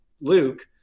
Luke